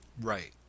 right